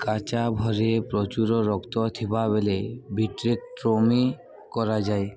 କାଚାଭରେ ପ୍ରଚୁର ରକ୍ତ ଥିବାବେଳେ ଭିଟ୍ରେକ୍ଟୋମି କରାଯାଏ